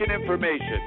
information